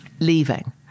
leaving